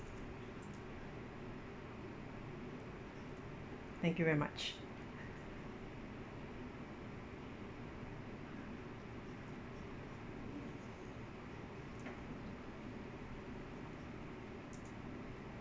thank you very much